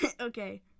Okay